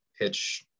pitch